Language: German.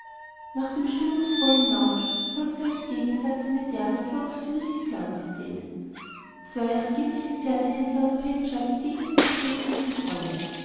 nach dem stimmungsvollen nautsch folgte als gegensatz eine derbe volkstümliche clownszene zwei angebliche pferdehändler aus pendshab begegneten sich als gute freunde